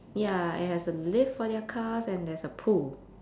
ya it has a lift for their cars and there's a pool